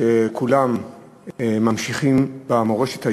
שכולם ממשיכים במורשת היהודית,